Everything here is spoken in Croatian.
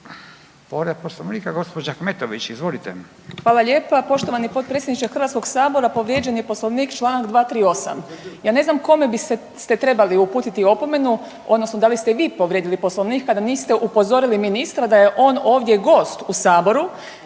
izvolite. **Ahmetović, Mirela (SDP)** Hvala lijepa poštovani potpredsjedniče HS-a, povrijeđen je Poslovnik, čl. 238. Ja ne znam kome bi se, ste trebali uputiti opomenu, odnosno da li ste vi povrijedili Poslovnik kada niste upozorili ministra da je on ovdje gost u Saboru,